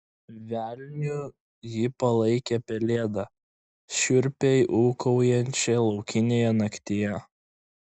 velniu ji palaikė pelėdą šiurpiai ūkaujančią laukinėje naktyje